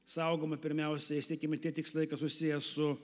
saugoma pirmiausia ir siekiami tie tikslai kas susiję su